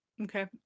Okay